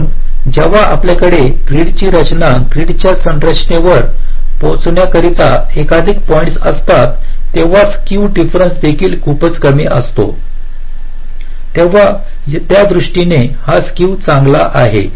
म्हणून जेव्हा आपल्याकडे ग्रीडची रचना ग्रीडच्या संरचनेवर पोहचविण्या करिता एकाधिक पॉईंट्स असतात तेव्हा स्क्यू डिफरेन्स देखील खूपच कमी असतो तेव्हा त्या दृष्टीने हा स्क्यू चांगला आहे